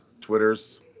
Twitter's